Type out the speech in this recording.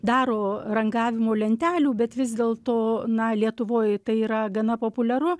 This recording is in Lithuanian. daro rangavimo lentelių bet vis dėlto na lietuvoj tai yra gana populiaru